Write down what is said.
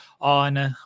on